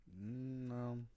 no